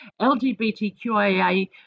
LGBTQIA